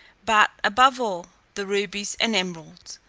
but, above all, the rubies and emeralds,